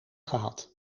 gehad